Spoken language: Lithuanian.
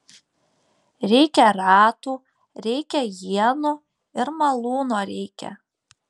reikia ratų reikia ienų ir malūno reikia